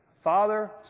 Father